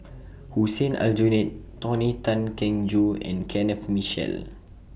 Hussein Aljunied Tony Tan Keng Joo and Kenneth Mitchell